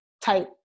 type